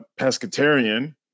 pescatarian